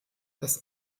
dass